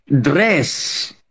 dress